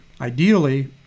Ideally